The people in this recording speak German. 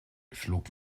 schlug